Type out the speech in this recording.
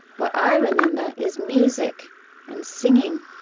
what i remember is music and singing,